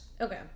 Okay